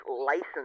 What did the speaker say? license